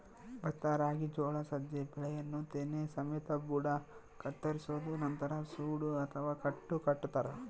ಭತ್ತ ರಾಗಿ ಜೋಳ ಸಜ್ಜೆ ಬೆಳೆಯನ್ನು ತೆನೆ ಸಮೇತ ಬುಡ ಕತ್ತರಿಸೋದು ನಂತರ ಸೂಡು ಅಥವಾ ಕಟ್ಟು ಕಟ್ಟುತಾರ